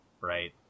Right